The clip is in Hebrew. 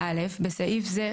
14יג1 (א) בסעיף זה,